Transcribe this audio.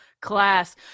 class